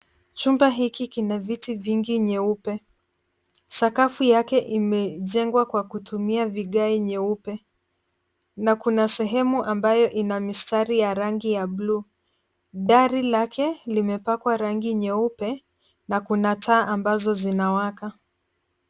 Chumba hiki kina viti vingi nyeupe. Sakafu yake imejengwa kwa kutumia vigae nyeupe na kuna sehemu ambayo ina mistari ya rangi ya buluu. Dari lake limepakwa rangi nyeupe na kuna taa ambazo zinawaka.